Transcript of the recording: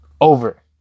over